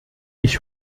ich